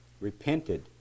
repented